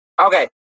Okay